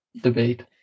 debate